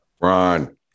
Ron